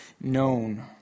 known